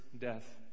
death